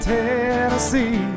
Tennessee